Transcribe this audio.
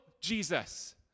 Jesus